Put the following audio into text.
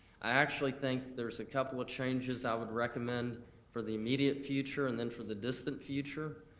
i actually think there's a couple of changes i would recommend for the immediate future and then for the distant future.